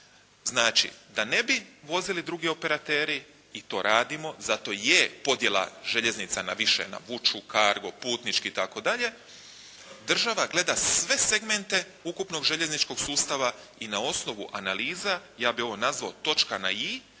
Znači da ne bi vozili drugi operateri i to radimo, zato je podjela željeznica na više, na vuču, kargo, putnički itd. država gleda sve segmente ukupnog željezničkog sustava i na osnovu analiza ja bih ovo nazvao točka na "i",